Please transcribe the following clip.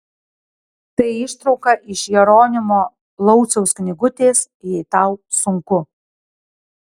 tai ištrauka iš jeronimo lauciaus knygutės jei tau sunku